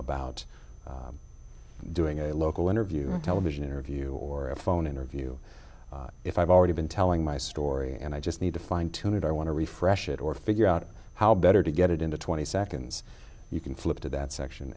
about doing a local interview a television interview or a phone interview if i've already been telling my story and i just need to fine tune it i want to refresh it or figure out how better to get it into twenty seconds you can flip to that section